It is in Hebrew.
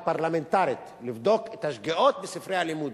פרלמנטרית לבדוק את השגיאות בספרי הלימוד.